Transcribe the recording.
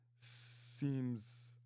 seems